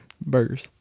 Burgers